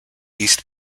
east